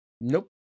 Nope